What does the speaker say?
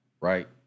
Right